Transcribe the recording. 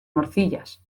morcillas